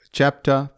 chapter